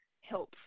help